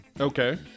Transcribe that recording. okay